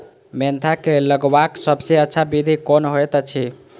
Mentha के लगवाक सबसँ अच्छा विधि कोन होयत अछि?